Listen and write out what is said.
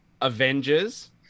Avengers